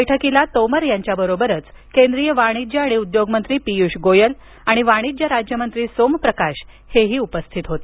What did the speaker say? बैठकीला तोमर यांच्याबरोबर केंद्रीय वाणिज्य आणि उद्योगमंत्री पियुष गोयल वाणिज्य राज्यमंत्री सोमप्रकाश हेही उपस्थित होते